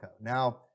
Now